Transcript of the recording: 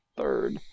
third